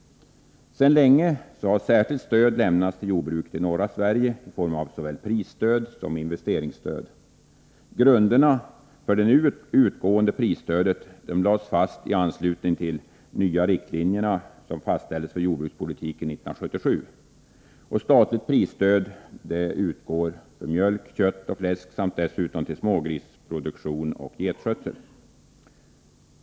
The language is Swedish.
Sedan länge har särskilt stöd lämnats till jordbruket i norra Sverige i form av såväl prisstöd som investeringsstöd. Grunderna för det nu utgående prisstödet lades fast i anslutning till de nya riktlinjer som fastställdes för jordbrukspolitiken 1977. Statligt prisstöd utgår på mjölk, kött och fläsk samt dessutom till smågrisproduktion och getskötsel.